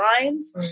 lines